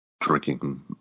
drinking